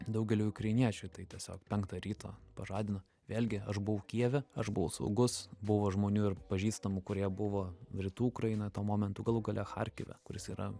daugeliui ukrainiečių tai tiesiog penktą ryto pažadino vėlgi aš buvau kijeve aš buvau saugus buvo žmonių ir pažįstamų kurie buvo rytų ukrainoj tuo momentu galų gale charkive kuris yra